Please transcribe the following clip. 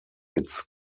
its